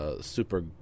Super